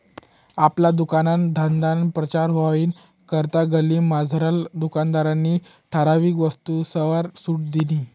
आपला दुकानना धंदाना प्रचार व्हवानी करता गल्लीमझारला दुकानदारनी ठराविक वस्तूसवर सुट दिनी